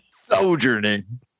Sojourning